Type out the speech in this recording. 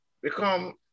become